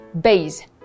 Base